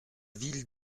ville